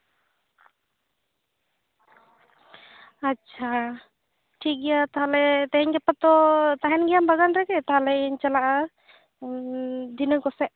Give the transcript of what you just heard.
ᱟᱪᱪᱷᱟ ᱴᱷᱤᱠᱜᱮᱭᱟ ᱛᱟᱦᱞᱮ ᱛᱮᱦᱮᱧ ᱜᱟᱯᱟ ᱛᱚ ᱛᱟᱦᱮᱱ ᱜᱮᱭᱟᱢ ᱵᱟᱜᱟᱱ ᱨᱮᱜᱮ ᱛᱟᱦᱞᱮᱧ ᱪᱟᱞᱟᱜᱼᱟ ᱫᱷᱤᱱᱟᱹᱱ ᱠᱚᱥᱮᱫ